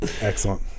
Excellent